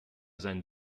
sein